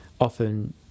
often